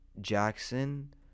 Jackson